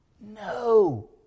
No